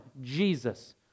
Jesus